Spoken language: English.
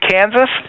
Kansas